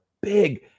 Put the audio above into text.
big